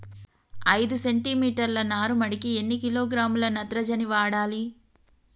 ఐదు సెంటిమీటర్ల నారుమడికి ఎన్ని కిలోగ్రాముల నత్రజని వాడాలి?